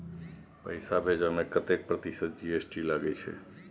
पैसा भेजै में कतेक प्रतिसत जी.एस.टी लगे छै?